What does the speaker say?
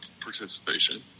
participation